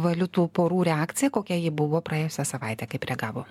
valiutų porų reakcija kokia ji buvo praėjusią savaitę kaip reagavo